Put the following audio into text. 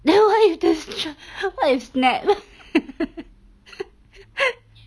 then what if what if snap